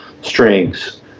strings